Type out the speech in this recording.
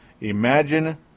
imagine